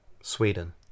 Sweden